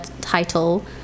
title